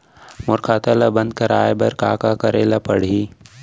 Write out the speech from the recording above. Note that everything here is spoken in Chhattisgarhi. मोर खाता ल बन्द कराये बर का का करे ल पड़ही?